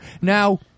Now